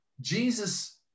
Jesus